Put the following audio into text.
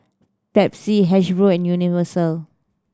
Pepsi Hasbro and Universal